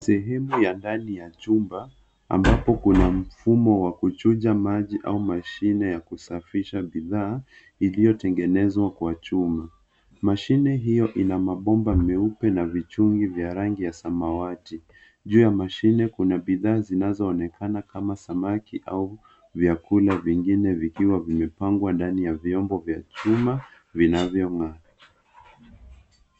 Sehemu ya ndani ya chumba ,ambapo kuna mfumo wa kuchuja maji au mashine ya kusafisha bidhaa ,iliyotengenezwa kwa chuma. Mashine hiyo ina mabomba meupe na vichungi vya rangi ya samawati .Juu ya mashine kuna bidhaa zinazo onekana kama samaki au vyakula vingine, vikiwa vimepangwa ndani ya vyombo vya chuma, vinavyongaa.